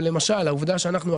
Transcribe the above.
אבל למשל העובדה שאנחנו,